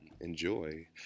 enjoy